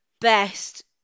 best